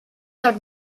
out